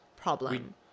problem